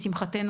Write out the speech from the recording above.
לשמחתנו,